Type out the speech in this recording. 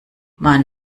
man